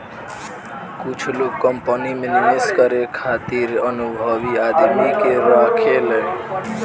कुछ लोग कंपनी में निवेश करे खातिर अनुभवी आदमी के राखेले